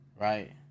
Right